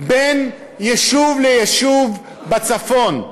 בין יישוב ליישוב בצפון,